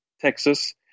texas